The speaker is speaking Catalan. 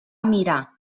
mirar